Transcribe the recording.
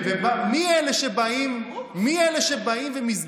מי אלה שבאים ומזדעזעים?